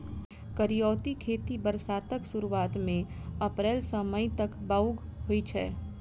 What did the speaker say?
करियौती खेती बरसातक सुरुआत मे अप्रैल सँ मई तक बाउग होइ छै